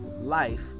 life